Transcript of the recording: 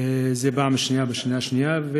זו הפעם השנייה, השנה השנייה.